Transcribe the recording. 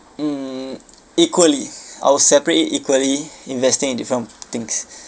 mm equally I'll separate it equally investing in different things